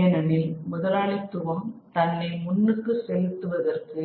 ஏனெனில் முதலாளித்துவம் தன்னை முன்னுக்கு செலுத்துவதற்கு